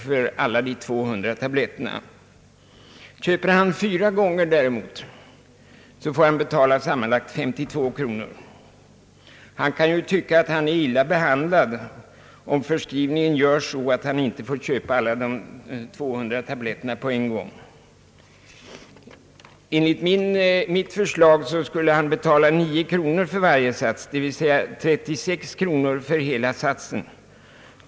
Köper han däremot i fyra omgångar, får han betala sammanlagt 52 kronor. Han kan tycka att han är illa behandlad om förskrivningen görs så att han inte får köpa alla 200 tabletterna samtidigt. Enligt mitt förslag skulle han betala 9 kronor för varje sats, dvs. 36 kronor för det hela.